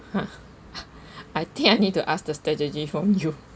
!huh! I think I need to ask the strategy from you